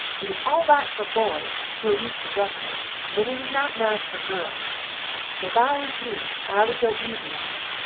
it is al-rite fer boys who are used to ruffin it, but it is not nice fer girls so if i was you i wood go easy on it,